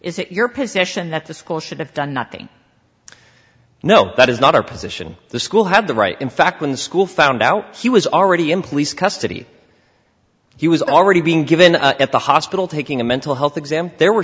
is it your position that the school should have done nothing no that is not our position the school had the right in fact when the school found out she was already in place custody he was already being given at the hospital taking a mental health exam there were